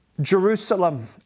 Jerusalem